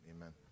amen